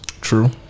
True